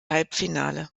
halbfinale